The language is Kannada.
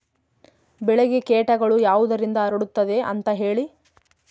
ಬೆಳೆಗೆ ಕೇಟಗಳು ಯಾವುದರಿಂದ ಹರಡುತ್ತದೆ ಅಂತಾ ಹೇಳಿ?